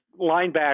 linebacker